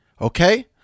okay